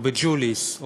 או בג'וליס,